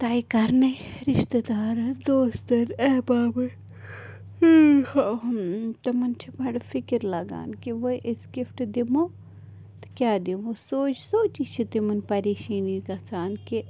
تیے کَرنے رشتہٕ دارن دوستن اہبابن تِمن چھِ بَڑٕ فِکِر لگان کہِ کہ وۄنۍ أسۍ گِفٹ دِمو تہٕ کیٛاہ دِمو سونٛچ سونٛچی چھِ تِمن پریشانی گژھان کہِ